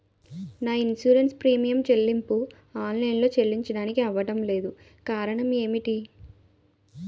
నా insurance premium చెల్లింపు online లో చెల్లించడానికి అవ్వడం లేదు కారణం ఏమిటి?